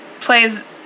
plays